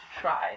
try